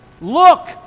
Look